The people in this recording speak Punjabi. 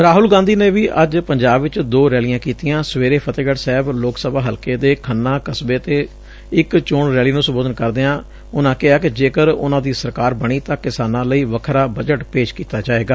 ਰਾਹੁਲ ਗਾਂਧੀ ਨੇ ਵੀ ਅੱਜ ਪੰਜਾਬ ਵਿਚ ਦੋ ਰੈਲੀਆਂ ਕੀਤੀਆਂ ਸਵੇਰੇ ਫਤਹਿਗੜ੍ ਸਾਹਿਬ ਲੋਕ ਸਭਾ ਹਲਕੇ ਦੇ ਖੰਨਾ ਕਸਬੇ ਤੇ ਇਕ ਚੋਣ ਰੈਲੀ ਨੂੰ ਸੰਬੋਧਨ ਕਰਦਿਆਂ ਕਿਹਾ ਕਿ ਜੇਕਰ ਉਨੂਾ ਦੀ ਸਰਕਾਰ ਬਣੀ ਤਾਂ ਕਿਸਾਨਾਂ ਲਈ ਵੱਖਰਾ ਬਜਟ ਪੇਸ਼ ਕੀਤਾ ਜਾਏਗਾ